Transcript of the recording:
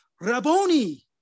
Rabboni